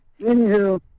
Anywho